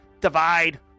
divide